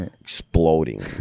exploding